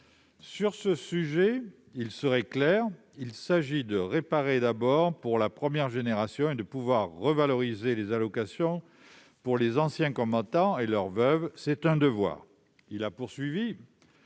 Sur ce sujet, je serai clair : il s'agit de réparer d'abord pour la première génération et de pouvoir revaloriser les allocations pour les anciens combattants et leurs veuves, c'est un devoir. » Il poursuivait